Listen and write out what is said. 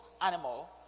animal